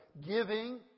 giving